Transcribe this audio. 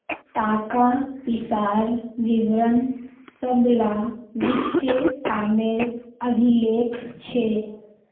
ताका पिसार विवरण सब ला वित्तिय कामेर अभिलेख छे